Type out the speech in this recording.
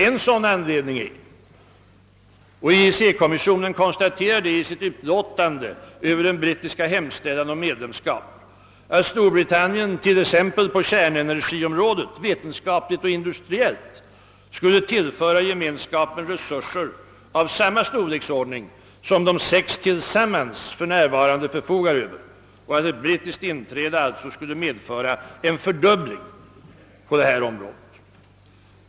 En sådan anledning är, som EEC kommissionen konstaterar i sitt utlåtande över den brittiska hemställan om medlemskap, att Storbritannien på kärnenergiområdet, vetenskapligt och industriellt, skulle tillföra Gemenskapen re Surser av samma storleksordning som De sex tillsammans för närvarande förfogar över och att ett brittiskt inträde alltså skulle medföra en fördubbling på detta område.